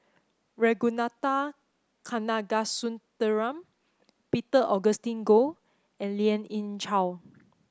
Ragunathar Kanagasuntheram Peter Augustine Goh and Lien Ying Chow